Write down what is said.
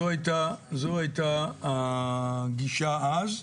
זו הייתה הגישה אז.